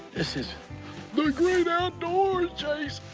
this is the great outdoors, jase!